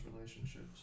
relationships